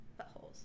buttholes